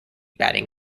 batting